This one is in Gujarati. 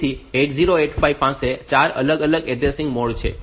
તેથી 8085 પાસે 4 અલગ અલગ એડ્રેસિંગ મોડ્સ છે